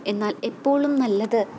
എന്നാൽ എപ്പോളും നല്ലത്